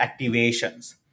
activations